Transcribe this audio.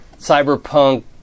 cyberpunk